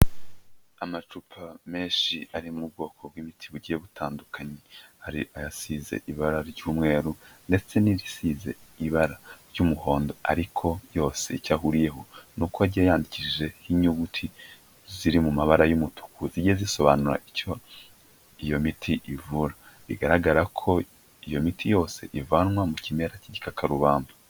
Amacupa menshi ari mu bwoko bw'imiti bugiye butandukanye, hari ayasize ibara ry'umweru, ndetse n'irisize ibara ry'umuhondo, ariko yose icyo ahuriyeho n'uko agiye yandikishijeho inyuguti ziri mu mabara y'umutuku zigiye zisobanura icyo iyo miti ivura. Bigaragara ko iyo miti yose ivanwa mu kimera cy'igikakarubamba.